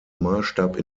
maßstab